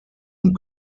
und